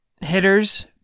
hitters